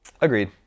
Agreed